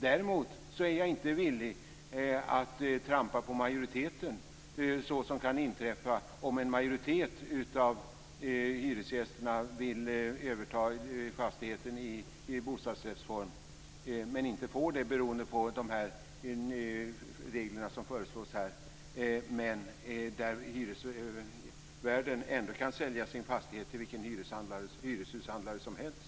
Däremot är jag inte villig att trampa på majoriteten, så som kan inträffa om en majoritet av hyresgästerna vill överta en fastighet i bostadsrättsform men inte får det beroende på de regler som här föreslås, men där hyresvärden ändå kan sälja sin fastighet till vilken hyreshushandlare som helst.